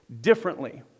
differently